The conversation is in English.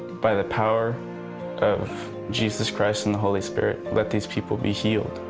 by the power of jesus christ and the holy spirit, let these people be healed.